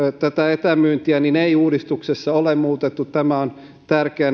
tätä etämyyntiä ei uudistuksessa ole muutettu tämä on tärkeää